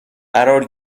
قرار